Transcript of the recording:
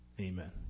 Amen